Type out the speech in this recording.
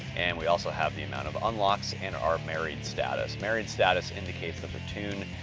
and we also have the amount of unlocks and our married status. married status indicates that the tune,